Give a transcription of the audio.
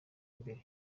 imbere